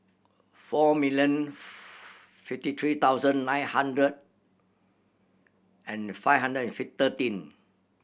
four million fifty three thousand nine hundred and five hundred and